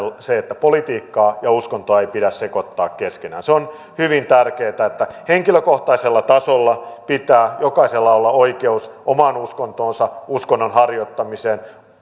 se että politiikkaa ja uskontoa ei pidä sekoittaa keskenään se on hyvin tärkeätä että henkilökohtaisella tasolla pitää jokaisella olla oikeus omaan uskontoonsa uskonnon harjoittamiseen